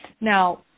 Now